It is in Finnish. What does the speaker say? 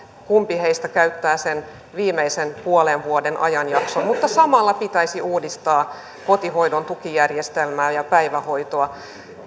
kumpi heistä käyttää sen viimeisen puolen vuoden ajanjakson mutta samalla pitäisi uudistaa kotihoidon tukijärjestelmää ja päivähoitoa